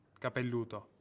Capelluto